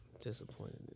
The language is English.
disappointed